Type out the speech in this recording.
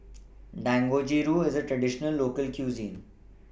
Dangojiru IS A Traditional Local Cuisine